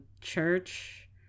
church